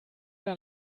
der